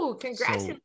Congrats